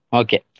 okay